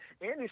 Andy